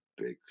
big